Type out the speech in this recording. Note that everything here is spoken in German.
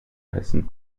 heißen